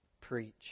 Preach